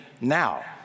now